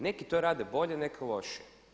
Neki to rade bolje, neki lošije.